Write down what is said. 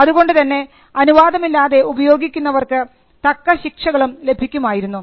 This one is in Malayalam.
അതുകൊണ്ടുതന്നെ അനുവാദമില്ലാതെ ഉപയോഗിക്കുന്നവർക്ക് തക്കശിക്ഷകളും ലഭിക്കുമായിരുന്നു